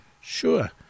Sure